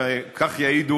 וכך יעידו,